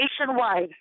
Nationwide